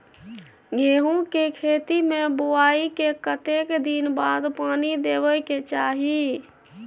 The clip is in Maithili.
गेहूँ के खेती मे बुआई के कतेक दिन के बाद पानी देबै के चाही?